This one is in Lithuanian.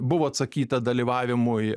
buvo atsakyta dalyvavimui